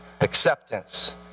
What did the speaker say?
acceptance